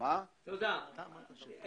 הוא